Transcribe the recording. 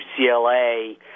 UCLA